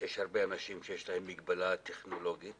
שיש הרבה אנשים שיש להם מגבלה טכנולוגית